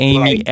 Amy